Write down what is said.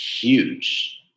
huge